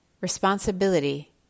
Responsibility